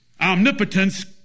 omnipotence